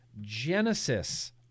Genesis